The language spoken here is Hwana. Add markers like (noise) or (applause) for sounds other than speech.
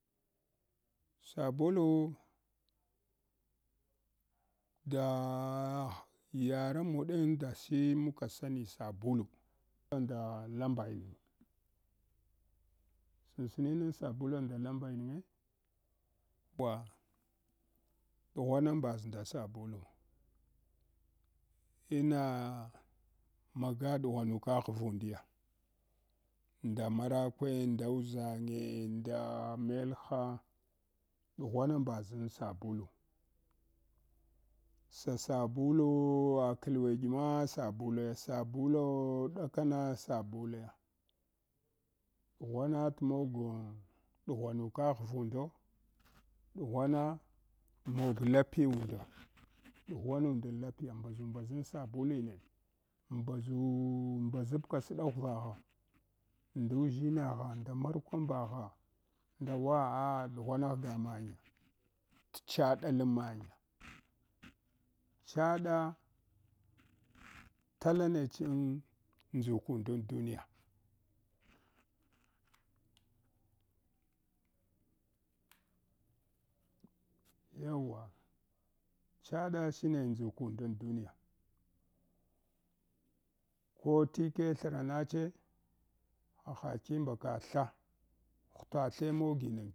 Sabulu, dayarenmu ɗin da shi muka sani sabulu (hesitation) nda lambayanga samsninang sabula nda lambayangna wa ɗughwana mbaʒ nda sabulu ina maga ɗughwanuka ghvundiya nda marakwe, nda uʒange nda melha, dughwana mbaʒan sabulu sa sabuluwa kadweɗq ma sabulaya sabulau ɗakana sabiaya. Ɗughwana t’ mogo ɗughwanuka ghvundo ɗughuwana mog lapiyunda ɗughwanda lapiya mbaʒumbaʒan sabuline mbaʒu mbaʒapka sɗaghuvagha ndu ʒshinagha nda markumbagha nda wa ah ɗighvana ghga manya t’ chaɗa lan manya, chaɗa tala nechn ndʒukundan duniya yawwa chaɗa shine ndʒukendan duniya ko tike thranache haka qkumbaka tha hutathe moginang.